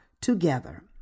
together